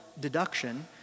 deduction